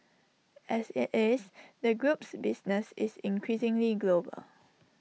as IT is the group's business is increasingly global